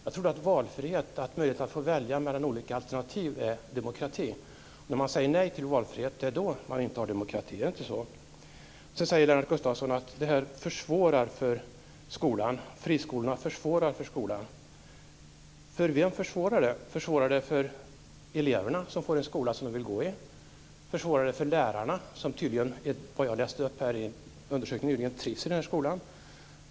Jag trodde att valfrihet - möjlighet att välja mellan olika alternativ - var demokrati. När man säger nej till valfrihet, det är då som man inte har demokrati. Är det inte så? Sedan säger Lennart Gustavsson att friskolorna försvårar för skolan. För vem försvårar friskolorna? Försvårar de för eleverna som får en skola som de vill gå i? Försvårar det för lärarna som enligt en undersökning tydligt trivs i friskolorna?